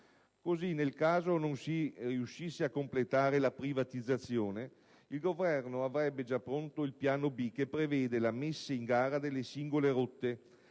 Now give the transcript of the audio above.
Così, nel caso non si riuscisse a completare la privatizzazione, il Governo avrebbe già pronto un piano alternativo che prevede la messa in gara delle singole rotte,